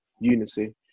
unity